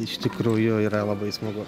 iš tikrųjų yra labai smagu